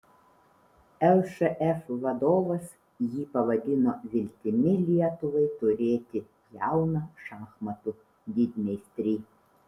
lšf vadovas jį pavadino viltimi lietuvai turėti jauną šachmatų didmeistrį